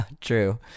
True